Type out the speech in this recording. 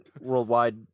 worldwide